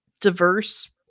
diverse